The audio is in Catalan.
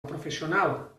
professional